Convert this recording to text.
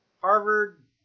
Harvard